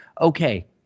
okay